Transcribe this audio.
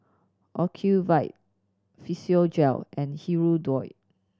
Ocuvite Physiogel and Hirudoid